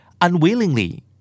Unwillingly